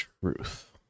truth